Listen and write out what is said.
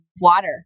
water